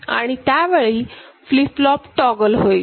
आणि त्यावेळी flip flop toggle होईल